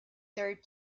third